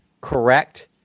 correct